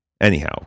Anyhow